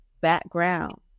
background